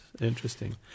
Interesting